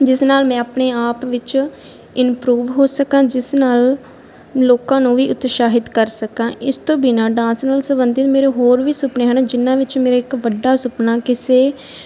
ਜਿਸ ਨਾਲ ਮੈਂ ਆਪਣੇ ਆਪ ਵਿੱਚ ਇਮਪਰੂਵ ਹੋ ਸਕਾਂ ਜਿਸ ਨਾਲ ਲੋਕਾਂ ਨੂੰ ਵੀ ਉਤਸ਼ਾਹਿਤ ਕਰ ਸਕਾਂ ਇਸ ਤੋਂ ਬਿਨਾਂ ਡਾਂਸ ਨਾਲ ਸੰਬੰਧਿਤ ਮੇਰੇ ਹੋਰ ਵੀ ਸੁਪਨੇ ਹਨ ਜਿਹਨਾਂ ਵਿੱਚ ਮੇਰਾ ਇੱਕ ਵੱਡਾ ਸੁਪਨਾ ਕਿਸੇ